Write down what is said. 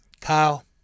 Kyle